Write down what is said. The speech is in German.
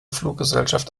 fluggesellschaft